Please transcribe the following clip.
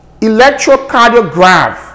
electrocardiograph